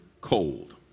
cold